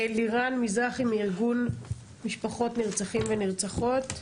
לירן מזרחי מארגון משפחות נרצחים ונרצחות.